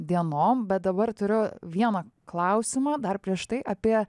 dienom bet dabar turiu vieną klausimą dar prieš tai apie